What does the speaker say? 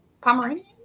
Pomeranian